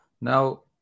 Now